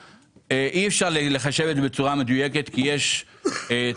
אי אפשר לחשב את זה בצורה מדויקת כי יש צרכנים,